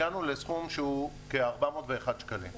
הגענו לסכום שהוא כ-401 שקלים.